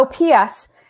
ops